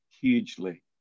hugely